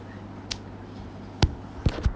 I was so scared